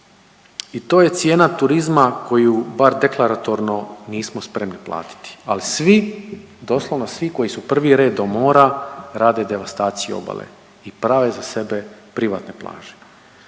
i to je cijena turizma koju bar deklaratorno nismo spremni platiti. Ali svi, doslovno svi koji su prvi red do mora rade devastaciju obale i prave za sebe privatne plaže.